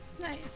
Nice